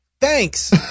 Thanks